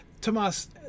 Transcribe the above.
Tomas